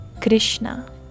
Krishna